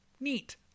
neat